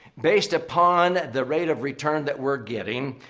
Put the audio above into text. based upon the rate of return that we're getting,